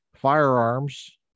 firearms